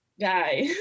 guy